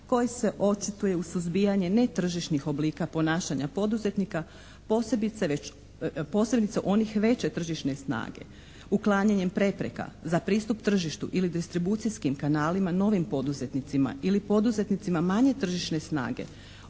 koji se očituje u suzbijanju netržišnih oblika ponašanja poduzetnika posebice onih veće tržišne snage. Uklanjanjem prepreka za pristup tržištu ili distribucijskim kanalima novim poduzetnicima ili poduzetnicima manje tržišne snage